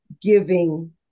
giving